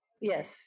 yes